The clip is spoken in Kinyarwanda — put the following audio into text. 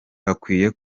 bakwiye